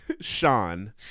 Sean